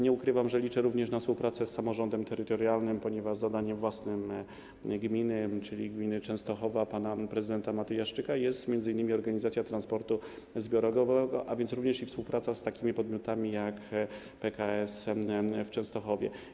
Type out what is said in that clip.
Nie ukrywam, że liczę również na współpracę z samorządem terytorialnym, ponieważ zadaniem własnym gminy, czyli gminy Częstochowa, pana prezydenta Matyjaszczyka, jest m.in. organizacja transportu zbiorowego, a więc również i współpraca z takimi podmiotami jak PKS w Częstochowie.